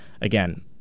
again